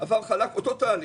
אותו תהליך.